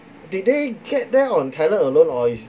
did they get there on talent alone or is